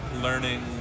learning